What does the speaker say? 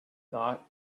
thought